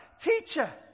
teacher